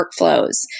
workflows